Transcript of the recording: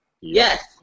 Yes